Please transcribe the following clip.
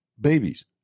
babies